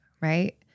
right